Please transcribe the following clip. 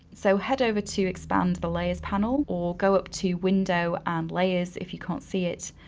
so head over to expand the layers panel, or go up to window layers if you can't see it,